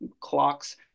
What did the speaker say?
clocks